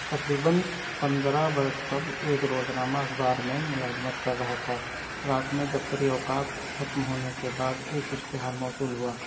تقریباً پندرہ برس قبل ایک روزنامہ اخبار میں ملازمت کر رہا تھا رات میں دفتری اوقات ختم ہونے کے بعد ایک اشتہار موصول ہوا